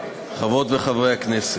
חברות וחברי הכנסת,